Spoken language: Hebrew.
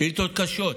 שאילתות קשות.